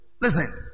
listen